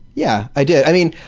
yeah, i did. i mean,